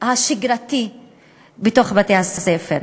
השגרתי בתוך בתי-הספר.